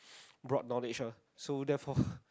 broad knowledge ah so therefore